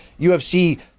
UFC